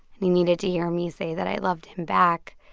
and he needed to hear me say that i loved him back.